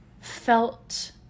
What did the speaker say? felt